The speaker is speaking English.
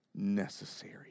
necessary